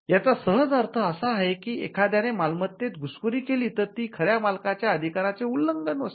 याचा सहज अर्थ असा आहे की एखाद्याने मालमत्तेत घुसखोरी केली तर ती खऱ्या मालकाच्या अधिकाराचे उल्लंघन असते